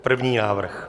První návrh.